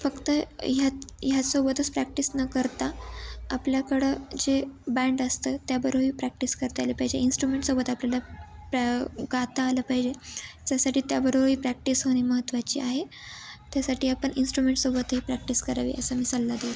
फक्त ह्यात ह्यासोबतच प्रॅक्टिस न करता आपल्याकडं जे बँड असतं त्याबरोबरही प्रॅक्टिस करता आली पाहिजे इन्स्ट्रुमेंटसोबत आपल्याला प्रॅ गाता आलं पाहिजे त्याच्यासाठी त्याबरोबरही प्रॅक्टिस होणे महत्त्वाची आहे त्यासाठी आपण इंस्ट्रुमेंटसोबतही प्रॅक्टिस करावी असा मी सल्ला देईन